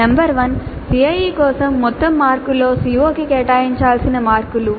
number one CIE కోసం మొత్తం మార్కులో CO కి కేటాయించాల్సిన మార్కులు